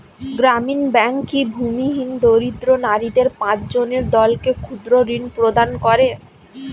গ্রামীণ ব্যাংক কি ভূমিহীন দরিদ্র নারীদের পাঁচজনের দলকে ক্ষুদ্রঋণ প্রদান করে?